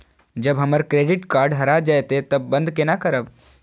जब हमर credit card हरा जयते तब बंद केना करब?